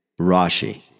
Rashi